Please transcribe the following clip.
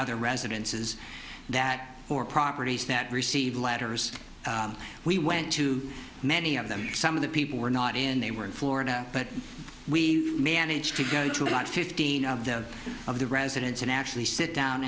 other residences that or properties that receive letters we went to many of them some of the people were not in they were in florida but we managed to go to about fifteen of the of the residents and actually sit down